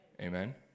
Amen